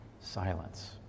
silence